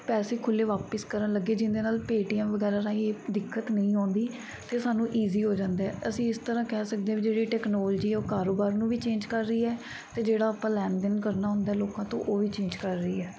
ਪੈਸੇ ਖੁੱਲ੍ਹੇ ਵਾਪਸ ਕਰਨ ਲੱਗੇ ਜਿਹਦੇ ਨਾਲ ਪੇਟੀਐੱਮ ਵਗੈਰਾ ਰਾਹੀਂ ਇਹ ਦਿੱਕਤ ਨਹੀਂ ਆਉਂਦੀ ਅਤੇ ਸਾਨੂੰ ਇਜੀ ਹੋ ਜਾਂਦਾ ਹੈ ਅਸੀਂ ਇਸ ਤਰ੍ਹਾਂ ਕਹਿ ਸਕਦੇ ਹਾਂ ਵੀ ਜਿਹੜੀ ਟੈਕਨੋਲਜੀ ਹੈ ਉਹ ਕਾਰੋਬਾਰ ਨੂੰ ਵੀ ਚੇਂਜ ਕਰ ਰਹੀ ਹੈ ਅਤੇ ਜਿਹੜਾ ਆਪਾਂ ਲੈਣ ਦੇਣ ਕਰਨਾ ਹੁੰਦਾ ਲੋਕਾਂ ਤੋਂ ਉਹ ਵੀ ਚੇਂਜ ਕਰ ਰਹੀ ਹੈ